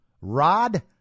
Rod